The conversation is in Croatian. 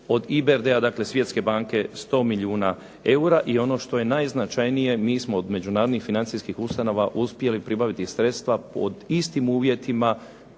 Od IBRD-a dakle Svjetske banke 100 milijuna eura. I ono što je najznačajnije mi smo od međunarodnih financijskih ustanova uspjeli pribaviti sredstva pod istim uvjetima